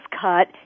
cut